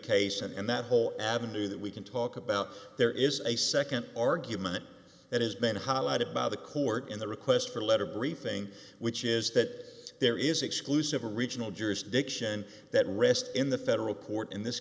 case and that whole avenue that we can talk about there is a second argument that has been highlighted by the court in the request for letter briefing which is that there is exclusive a regional jurisdiction that rests in the federal court in this